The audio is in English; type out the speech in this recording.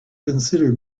consider